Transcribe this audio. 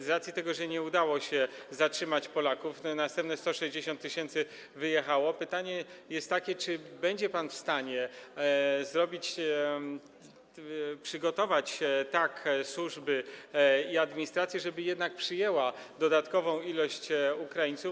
Z racji tego, że nie udało się zatrzymać Polaków, następne 160 tys. wyjechało, pytanie jest takie: Czy będzie pan w stanie zrobić, przygotować służby i administrację, żeby jednak przyjąć dodatkową liczbę Ukraińców?